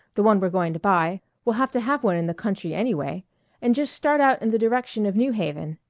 the one we're going to buy we'll have to have one in the country anyway and just start out in the direction of new haven.